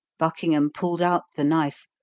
buckingham pulled out the knife,